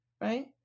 right